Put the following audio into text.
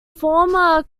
former